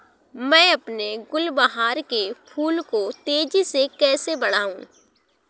मैं अपने गुलवहार के फूल को तेजी से कैसे बढाऊं?